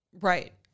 Right